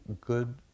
good